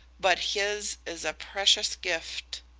but his is a precious gift.